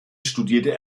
studierte